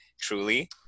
truly